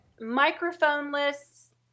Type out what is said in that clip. microphone-less